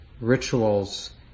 rituals